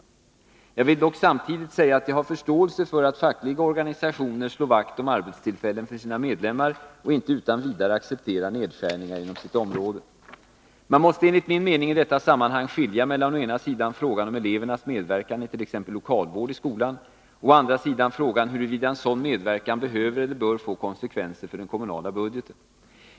Jag vill dock samtidigt säga att jag har förståelse för att fackliga 3 Riksdagens protokoll 1982/83:47-49 Nr 48 organisationer slår vakt om arbetstillfällen för sina medlemmar och inte utan Måndagen de vidare accepterar nedskärningar inom sitt område. 13 december 1982 Man måste enligt min mening i detta sammanhang skilja mellan å ena sidan — oo frågan om elevernas medverkan it.ex. lokalvård i skolan och å andra sidan Om grundskolefrågan om huruvida en sådan medverkan behöver eller bör få konsekvenser elevers medverkan för den kommunala budgeten.